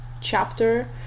chapter